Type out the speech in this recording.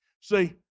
See